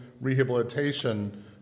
rehabilitation